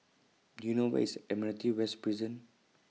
Do YOU know Where IS Admiralty West Prison